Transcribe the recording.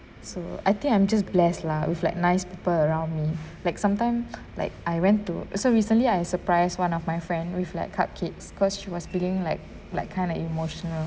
so I think I'm just bless lah with like nice people around me like sometime like I went to so recently I surprise one of my friend with like cupcakes cause she was feeling like like kind of emotional